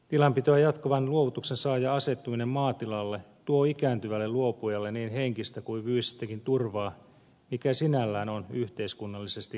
tilanpitoa jatkavan luovutuksen saajan asettuminen maatilalle tuo ikääntyvälle luopujalle niin henkistä kuin fyysistäkin turvaa mikä sinällään on yhteiskunnallisesti merkittävä asia